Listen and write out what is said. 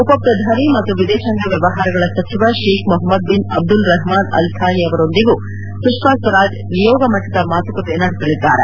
ಉಪ ಪ್ರಧಾನಿ ಮತ್ತು ವಿದೇಶಾಂಗ ವ್ಯವಹಾರಗಳ ಸಚಿವ Sheikh Mohammed bin Abdulrahman Al Thani ಅವರೊಂದಿಗೂ ಸುಷ್ಮಾ ಸ್ವರಾಜ್ ನಿಯೋಗ ಮಟ್ಟದ ಮಾತುಕತೆ ನಡೆಸಲಿದ್ದಾರೆ